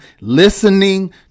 listening